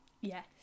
Yes